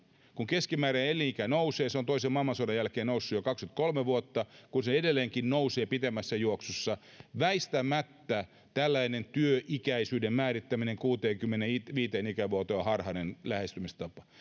kun keskimääräinen elinikä nousee se on toisen maailmansodan jälkeen noussut jo kaksikymmentäkolme vuotta ja se edelleenkin nousee pitemmässä juoksussa väistämättä tällainen työikäisyyden määrittäminen kuuteenkymmeneenviiteen ikävuoteen on harhainen lähestymistapa